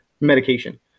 medication